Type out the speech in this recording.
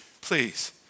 please